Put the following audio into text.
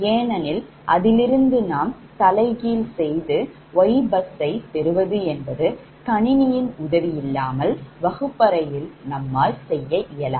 ஏனெனில் அதிலிருந்து நாம் தலைகீழ் செய்து YBus சை பெறுவது என்பது கணினியின் உதவியில்லாமல் வகுப்பறையில் நம்மால் செய்ய இயலாது